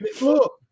look